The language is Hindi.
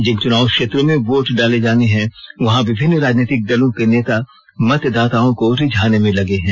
जिन चुनाव क्षेत्रों में वोट डाले जाने है वहां विभिन्न राजनीतिक दलों के नेता मतदाताओं को रिझाने में लगे हैं